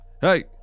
hey